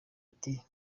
ati